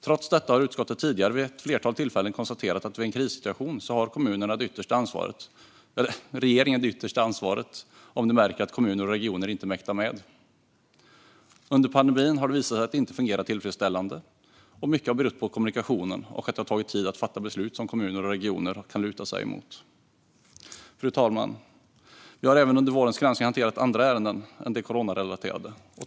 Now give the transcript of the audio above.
Trots detta har utskottet tidigare vid ett flertal tillfällen konstaterat att regeringen vid en krissituation har det yttersta ansvaret om den märker att kommuner och regioner inte mäktar med. Under pandemin har det visat sig att det inte har fungerat tillfredsställande, och mycket har berott på kommunikationen och att det har tagit tid att fatta beslut som kommuner och regioner kan luta sig mot. Fru talman! Vi har även under vårens granskning hanterat andra ärenden än de coronarelaterade.